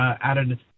added